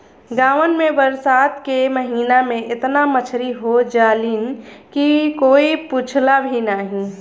गांवन में बरसात के महिना में एतना मछरी हो जालीन की कोई पूछला भी नाहीं